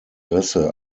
interesse